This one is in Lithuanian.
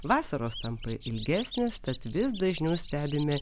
vasaros tampa ilgesnės tad vis dažniau stebime